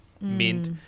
mint